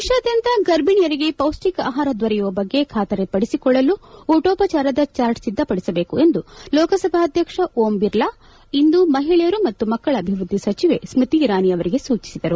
ದೇಶಾದ್ಯಂತ ಗರ್ಭಣಿಯರಿಗೆ ಪೌಷ್ಠಿಕ ಆಹಾರ ದೊರೆಯುವ ಬಗ್ಗೆ ಖಾತರಿ ಪಡಿಸಕೊಳ್ಳಲು ಊಟೋಪಚಾರದ ಚಾರ್ಟ್ ಸಿದ್ಧಪಡಿಸಬೇಕು ಎಂದು ಲೋಕಾಸಭಾಧ್ಯಕ್ಷ ಓಂ ಬಿರ್ಲಾ ಇಂದು ಮಹಿಳೆಯರು ಮತ್ತು ಮಕ್ಕಳ ಅಭಿವೃದ್ಧಿ ಸಚಿವೆ ಸ್ಕೃತಿ ಇರಾನಿ ಅವರಿಗೆ ಸೂಚಿಸಿದರು